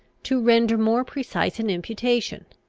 to render more precise an imputation,